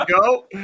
go